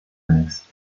annexes